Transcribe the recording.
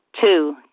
Two